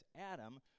Adam